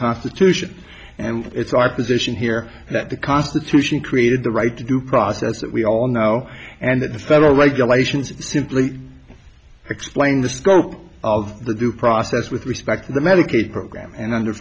constitution and it's our position here that the constitution created the right to due process that we all know and that the federal regulations simply explain the scope of the due process with respect to the medicaid program and under